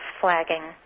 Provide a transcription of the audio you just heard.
flagging